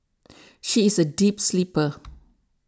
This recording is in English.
she is a deep sleeper